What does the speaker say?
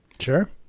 Sure